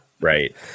right